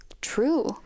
true